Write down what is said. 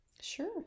Sure